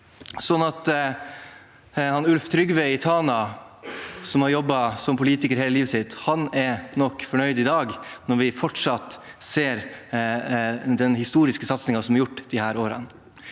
i nord. Ulf Trygve i Tana, som har jobbet som politiker hele livet sitt, er nok fornøyd i dag når vi ser fortsettelsen av den historiske satsingen som er gjort disse årene.